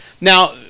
Now